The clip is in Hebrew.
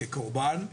כקורבן,